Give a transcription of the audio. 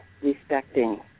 respecting